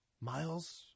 miles